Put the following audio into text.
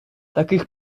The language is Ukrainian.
таких